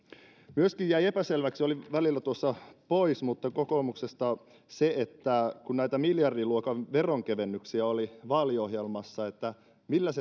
myöskin jäi epäselväksi olin tosin välillä tuossa pois kokoomuksesta se että kun näitä miljardiluokan veronkevennyksiä oli vaaliohjelmassa millä